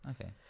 Okay